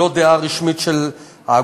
והיא לא דעה רשמית של האגודה,